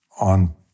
on